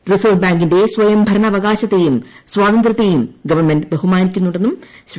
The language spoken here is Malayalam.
റിസർവ് ബാങ്കിന്റെ സ്വയം ഭരണവകാശത്തെയും സ്വാതന്ത്ര്യത്തെയും ഗവൺമെന്റ് ബഹുമാനിപ്പിക്കുന്നുണ്ടെന്ന് ശ്രീ